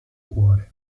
cuore